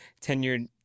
tenured